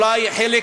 אולי חלק,